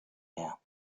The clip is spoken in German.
mehr